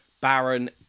Baron